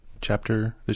chapter